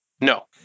no